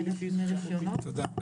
תודה.